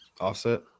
Offset